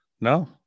No